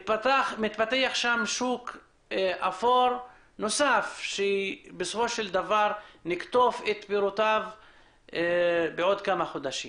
מתפתח שוק אפור נוסף שבסופו של דבר נקטוף את פירותיו בעוד כמה חודשים.